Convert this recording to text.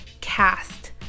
cast